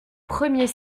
premier